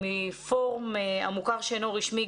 מפורום המוכר שאינו רשמי,